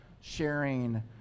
sharing